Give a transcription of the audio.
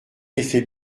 effet